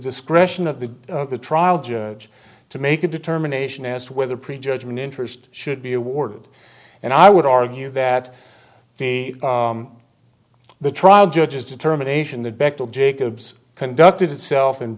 discretion of the the trial judge to make a determination as to whether prejudgment interest should be awarded and i would argue that the the trial judge is determination the bechdel jacobs conducted itself and